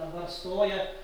dabar stoja